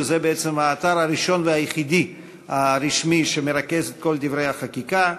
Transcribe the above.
שזה בעצם האתר הראשון והיחידי הרשמי שמרכז את כל דברי החקיקה.